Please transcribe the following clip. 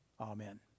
Amen